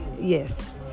Yes